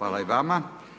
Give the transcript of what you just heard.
**Radin,